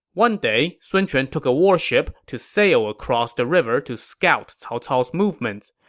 one day, sun quan took a warship to sail across the river to scout cao cao's movements.